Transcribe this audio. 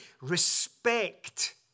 respect